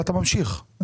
אבל אתה ממשיך בדבריך.